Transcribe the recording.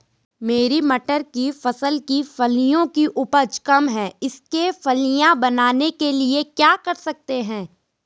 मेरी मटर की फसल की फलियों की उपज कम है इसके फलियां बनने के लिए क्या कर सकते हैं?